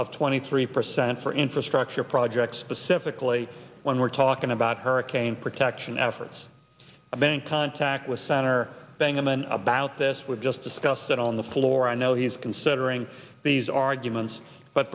of twenty three percent for infrastructure projects pacifically when we're talking about hurricane protection efforts a bank contact with center bang and then about this we've just discussed it on the floor i know he's considering these arguments but